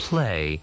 Play